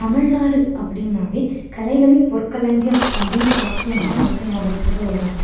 தமிழ்நாடு அப்படின்னாவே கலைகளின் பொற்களஞ்சியம் அப்படின்ற வாக்கியம்தான் நமக்கு ஞாபகத்துக்கு வரும்